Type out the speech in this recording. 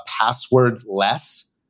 password-less